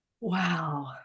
wow